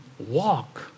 walk